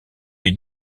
lui